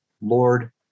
Lord